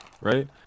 right